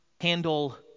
handle